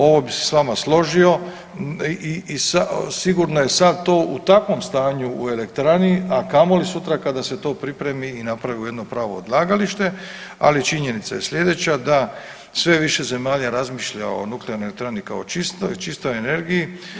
Ovo bi se s vama složio i sigurno je sad to u takvom stanju u elektrani, a kamoli sutra kada se to pripremi i napravi u jedno pravo odlagalište, ali činjenica je slijedeća da sve više zemalja razmišlja o nuklearnoj elektrani kao čistoj, čistoj energiji.